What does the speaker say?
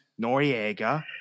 Noriega